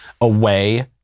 away